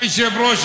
אדוני היושב-ראש,